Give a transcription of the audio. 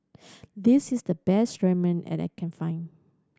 this is the best Ramen and I can find